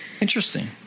Interesting